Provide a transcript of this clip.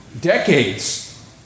Decades